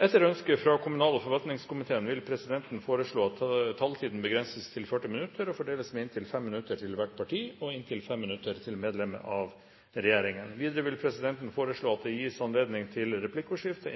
Etter ønske fra kommunal- og forvaltningskomiteen vil presidenten foreslå at taletiden begrenses til 40 minutter og fordeles med inntil 5 minutter til hvert parti og inntil 5 minutter til medlem av regjeringen. Videre vil presidenten foreslå at det gis anledning til replikkordskifte